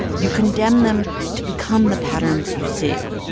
you condemn them to become the patterns you see,